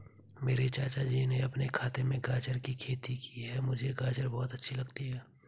मेरे चाचा जी ने अपने खेत में गाजर की खेती की है मुझे गाजर बहुत अच्छी लगती है